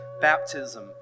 baptism